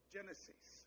Genesis